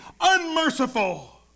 unmerciful